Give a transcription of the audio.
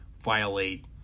violate